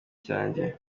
cyanjye